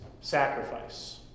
sacrifice